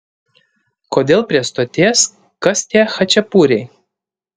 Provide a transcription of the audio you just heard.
kodėl prie stoties kas tie chačapuriai